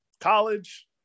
college